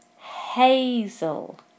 hazel